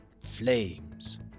flames